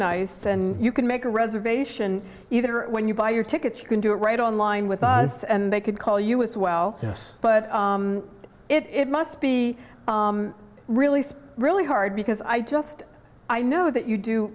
nice and you can make a reservation either or when you buy your ticket you can do it right on line with us and they could call us well yes but it must be really really hard because i just i know that you do